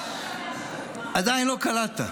עדיין לא קלטת: